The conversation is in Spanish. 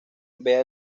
vea